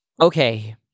Okay